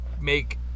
make